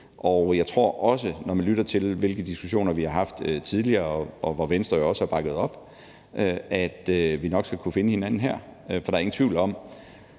og jeg tror også, når man lytter til de diskussioner, vi har haft tidligere, og hvor Venstre jo også har bakket op, at vi nok skal kunne finde hinanden her. For der er ingen tvivl om,